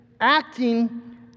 acting